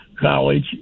college